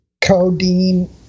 codeine